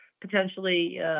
potentially